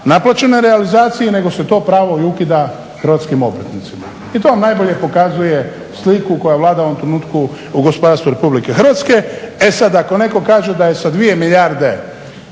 naplaćenoj realizaciji nego se to pravo ukida i hrvatskim obveznicima. I to vam najbolje pokazuje sliku koja vlada u ovom trenutku u gospodarstvu RH. E sad, ako netko kaže da je sa 2,5 milijarde